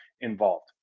involved